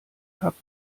habt